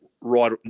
right